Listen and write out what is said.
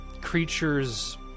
creatures